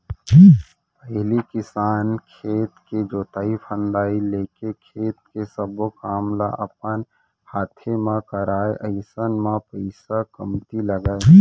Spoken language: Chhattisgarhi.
पहिली किसान खेत के जोतई फंदई लेके खेत के सब्बो काम ल अपन हाते म करय अइसन म पइसा कमती लगय